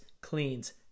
cleans